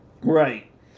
Right